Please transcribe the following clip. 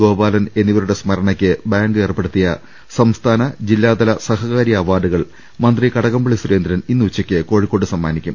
ഗോപാലൻ എന്നിവരുടെ സ്മരണയ്ക്ക് ബാങ്ക് ഏർപ്പെടുത്തിയ സംസ്ഥാന ജില്ലാതല സഹകാരി അവാർഡുകൾ മന്ത്രി കടകംപള്ളി സൂരേന്ദ്രൻ ഇന്ന് ഉച്ചയ്ക്ക് കോഴിക്കോട്ട് സമ്മാനിക്കും